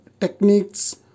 techniques